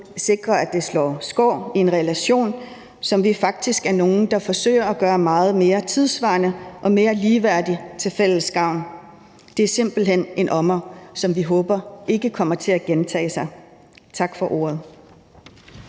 til, at der slås skår i en relation, som vi faktisk er nogle der forsøger at gøre meget mere tidssvarende og mere ligeværdig til fælles gavn. Det er simpelt hen en ommer, som vi håber ikke kommer til at gentage sig. Tak for ordet.